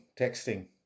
texting